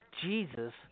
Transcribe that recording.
Jesus